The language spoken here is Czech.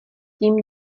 tím